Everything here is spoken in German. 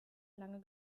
lange